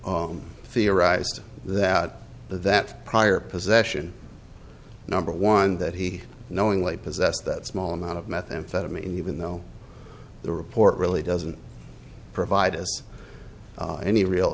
court theorized that that prior possession number one that he knowingly possessed that small amount of methamphetamine even though the report really doesn't provide any real